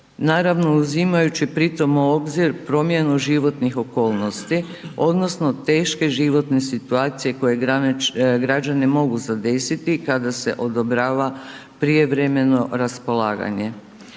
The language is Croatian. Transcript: naravno uzimajući pritom u obzir promjenu životnih okolnosti odnosno teške životne situacije koje građani mogu zadesiti kada se odobrava prijevremeno raspolaganje.